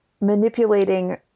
manipulating